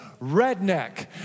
Redneck